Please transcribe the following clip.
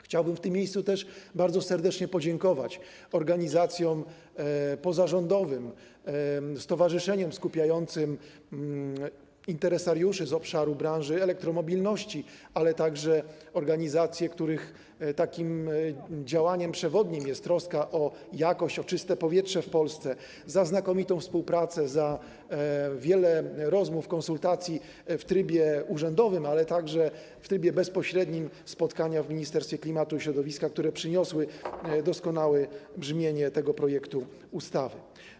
Chciałbym w tym miejscu też bardzo serdecznie podziękować organizacjom pozarządowym, stowarzyszeniom skupiającym interesariuszy z branży elektromobilności, ale także organizacjom, których działaniem przewodnim jest troska o jakość, o czyste powietrze w Polsce, za znakomitą współpracę, za wiele rozmów, konsultacji w trybie urzędowym, ale także w trybie bezpośrednim - spotkania w Ministerstwie Klimatu i Środowiska, które dały w efekcie doskonałe brzmienie tego projektu ustawy.